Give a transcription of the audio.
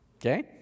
okay